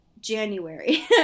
January